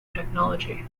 technology